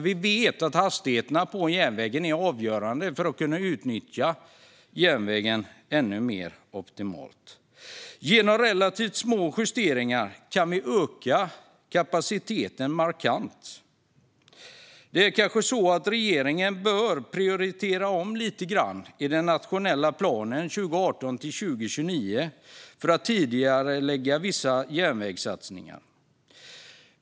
Vi vet att hastigheterna på järnvägen är avgörande för att man ska kunna utnyttja den mer optimalt. Genom relativt små justeringar kan vi öka kapaciteten markant. Regeringen bör kanske prioritera om lite i den nationella planen 2018-2029 och tidigarelägga vissa järnvägssatsningar.